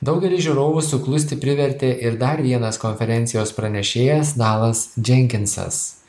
daugelį žiūrovų suklusti privertė ir dar vienas konferencijos pranešėjas dalas dženkinsas